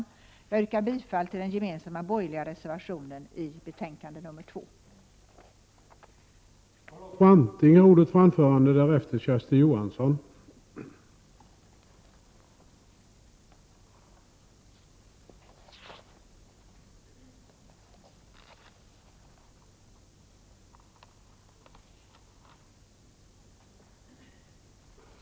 Jag yrkar bifall till den gemensamma borgerliga reservationen som är fogad till arbetsmarknadsutskottets betänkande nr 2.